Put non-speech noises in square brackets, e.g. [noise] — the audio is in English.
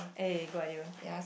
eh good idea [breath]